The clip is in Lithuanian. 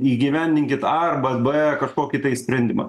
įgyvendinkit a arba b kažkokį tai sprendimą